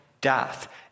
death